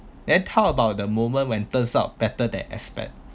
then how about the moment when turns out better than expect